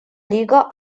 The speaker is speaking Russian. лига